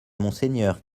monseigneur